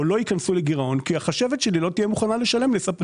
או לא ייכנסו לגירעון כי החשבת שלי לא תהיה מוכנה לשלם לספקים.